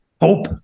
hope